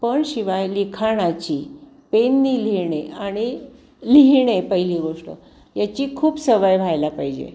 पण शिवाय लिखाणाची पेनने लिहिणे आणि लिहिणे पहिली गोष्ट याची खूप सवय व्हायला पाहिजे